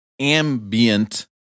ambient